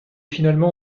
finalement